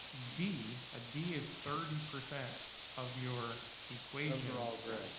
d, a d is thirty percent of your equation overall grade.